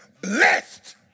blessed